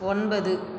ஒன்பது